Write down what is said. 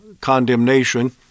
condemnation